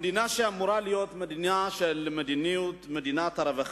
המדינה, שאמורה להיות מדינה של מדיניות רווחה,